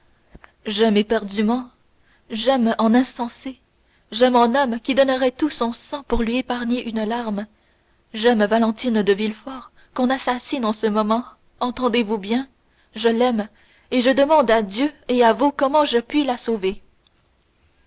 j'aime éperdument j'aime en insensé j'aime en homme qui donnerait tout son sang pour lui épargner une larme j'aime valentine de villefort qu'on assassine en ce moment entendez-vous bien je l'aime et je demande à dieu et à vous comment je puis la sauver